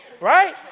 right